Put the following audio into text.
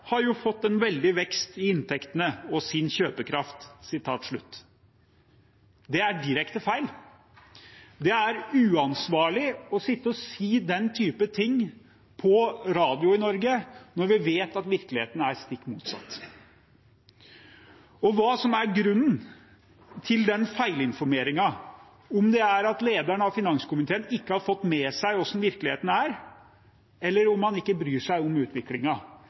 har jo fått en veldig vekst i inntektene og sin kjøpekraft.» Det er direkte feil. Det er uansvarlig å sitte og si den type ting på radio i Norge når vi vet at virkeligheten er stikk motsatt. Og om grunnen til den feilinformeringen er at lederen av finanskomiteen ikke har fått med seg hvordan virkeligheten er, eller at han ikke bryr seg om